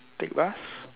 take bus